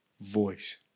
voice